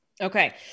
Okay